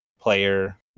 player